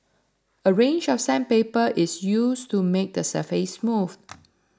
a range of sandpaper is used to make the surface smooth